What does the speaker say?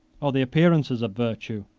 or the appearances of virtue,